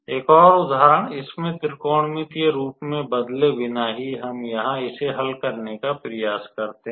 एक और उदाहरण इसमे त्रिकोणमितीय रूप में बदले बिना ही हम यहां इसे हल करने का प्रयास करते हैं